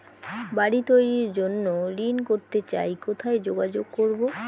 বাড়ি তৈরির জন্য ঋণ করতে চাই কোথায় যোগাযোগ করবো?